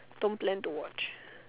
don't plan to watch